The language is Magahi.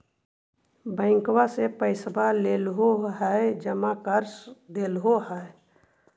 बैंकवा से पैसवा लेलहो है जमा कर देलहो हे?